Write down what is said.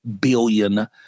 billion